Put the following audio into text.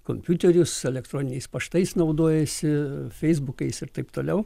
kompiuterius elektroniniais paštais naudojasi feisbukais ir taip toliau